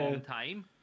time